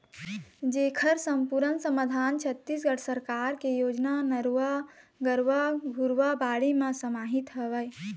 जेखर समपुरन समाधान छत्तीसगढ़ सरकार के योजना नरूवा, गरूवा, घुरूवा, बाड़ी म समाहित हवय